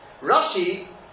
Rashi